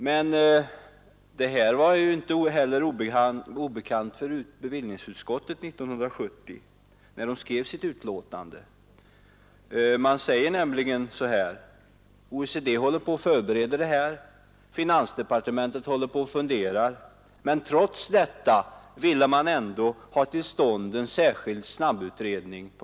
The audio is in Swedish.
Men detta var inte heller obekant för bevillingsutskottet 1970 då det skrev sitt betänkande. Man sade ungefär så här: OECD håller på och förbereder detta. Finansdepartementet håller på och funderar. Men trots detta ville man ändå ha till stånd en särskild snabbutredning.